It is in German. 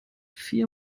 vier